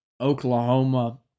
Oklahoma